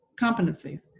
competencies